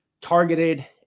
targeted